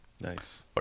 nice